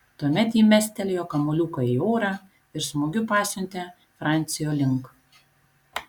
tuomet ji mestelėjo kamuoliuką į orą ir smūgiu pasiuntė francio link